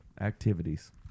activities